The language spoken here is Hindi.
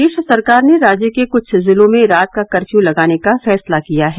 प्रदेश सरकार ने राज्य के कुछ जिलों में रात का कर्फ्यू लगाने का फैसला किया है